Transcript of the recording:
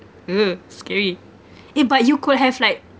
!ee! scary eh but you could have like